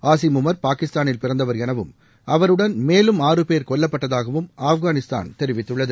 ஆசிம் உமர் பாகிஸ்தாளில் பிறந்தவர் எனவும் அவருடன் மேலும் ஆறு பேர் கொல்லப்பட்டதாகவும் ஆப்கானிஸ்தான் தெரிவித்துள்ளது